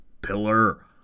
Pillar